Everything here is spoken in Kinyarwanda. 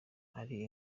ari